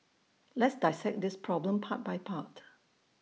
let's dissect this problem part by part